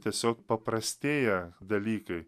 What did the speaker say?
tiesiog paprastėja dalykai